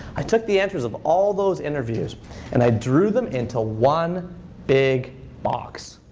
i took the answers of all those interviews and i drew them into one big box.